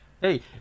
hey